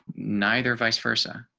neither vice versa.